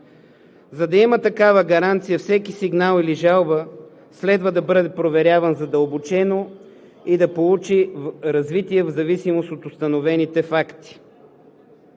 За да има такава гаранция, всеки сигнал или жалба следва да бъде проверявана задълбочено и да получи развитие в зависимост от установените факти.